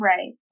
Right